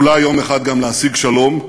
אולי יום אחד גם להשיג שלום,